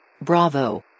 bravo